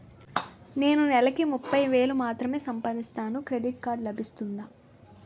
నేను నెల కి ముప్పై వేలు మాత్రమే సంపాదిస్తాను క్రెడిట్ కార్డ్ లభిస్తుందా?